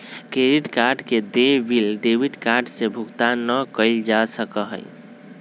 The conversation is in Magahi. क्रेडिट कार्ड के देय बिल डेबिट कार्ड से भुगतान ना कइल जा सका हई